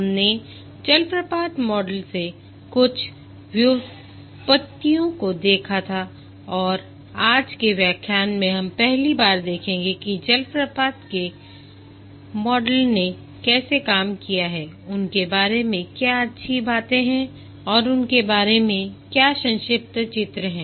हमने जलप्रपात मॉडल से कुछ व्युत्पत्तियों को देखा था और आज के व्याख्यान में हम पहली बार देखेंगे कि जलप्रपात के मॉडल ने कैसे काम किया है उनके बारे में क्या अच्छी बातें हैं और उनके बारे में क्या संक्षिप्त चित्र हैं